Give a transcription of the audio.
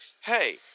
hey